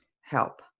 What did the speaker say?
help